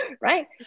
right